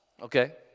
Okay